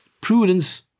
prudence